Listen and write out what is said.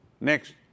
Next